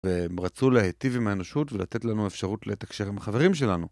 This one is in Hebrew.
ורצו להיטיב עם האנושות ולתת לנו אפשרות לתקשר עם החברים שלנו.